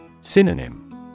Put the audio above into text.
Synonym